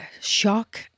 shock